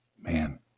man